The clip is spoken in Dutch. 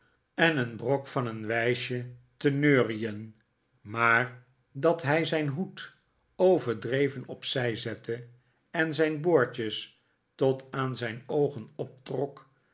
en een brok van een wijsje te david copperfield neurien maar dat hij zijn hoed overdreven opzij zette en zijn boordjes tot aan zijn oogen optrok